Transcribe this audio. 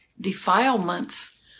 defilements